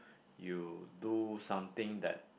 you do something that